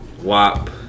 WAP